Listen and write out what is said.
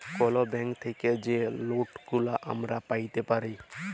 call bank থ্যাইকে যে লটগুলা আমরা প্যাইতে পারি